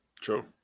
True